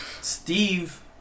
Steve